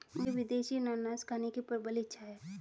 मुझे विदेशी अनन्नास खाने की प्रबल इच्छा है